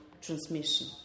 transmission